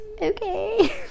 okay